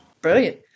Brilliant